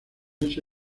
ese